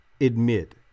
admit